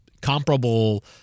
comparable